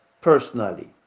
personally